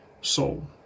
soul